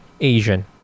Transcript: Asian